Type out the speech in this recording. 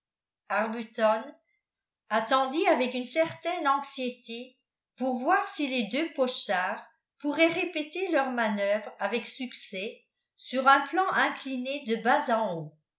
attendit avec une certaine anxiété pour voir si les deux pochards pourraient répéter leur manœuvre avec succès sur un plan incliné de bas en haut